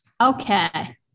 okay